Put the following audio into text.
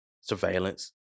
Surveillance